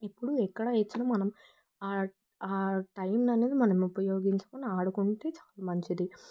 ఇప్పుడు ఎక్కడ ఇచ్చినా మనం ఆ టైమ్ అనేది మనం ఉపయోగించుకుని ఆడుకుంటే మంచిది